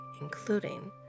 including